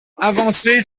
avancer